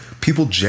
people